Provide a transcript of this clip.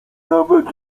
nawet